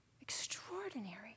Extraordinary